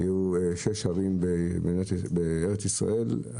היו שישה הרי מקלט בארץ ישראל,